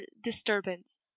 disturbance